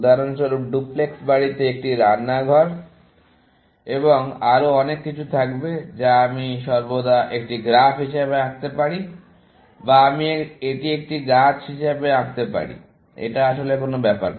উদাহরণস্বরূপ ডুপ্লেক্স বাড়িতে একটি রান্নাঘর এবং আরও অনেক কিছু থাকবে যা আমি সর্বদা একটি গ্রাফ হিসাবে আঁকতে পারি বা আমি এটি একটি গাছ হিসাবে আঁকতে পারি এটা আসলে কোনো ব্যাপার না